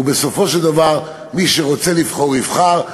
ובסופו של דבר מי שרוצה לבחור יבחר,